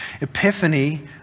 Epiphany